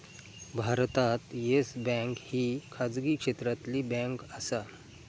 भारतात Yes Bank ही खाजगी क्षेत्रातली बँक आसा